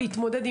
להתמודד,